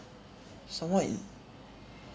some more in